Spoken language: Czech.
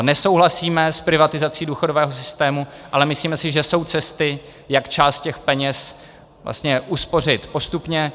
Nesouhlasíme s privatizací důchodového systému, ale myslíme si, že jsou cesty, jak část těch peněz uspořit postupně.